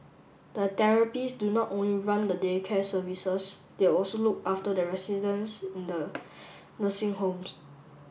the therapist do not only run the day care services they also look after the residents in the nursing homes